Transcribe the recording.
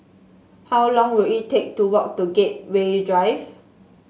how long will it take to walk to Gateway Drive